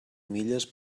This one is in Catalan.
milles